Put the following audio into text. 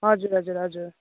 हजुर हजुर हजुर